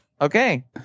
okay